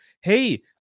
hey